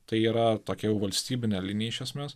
tai yra tokia jau valstybinė linija iš esmės